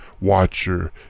watcher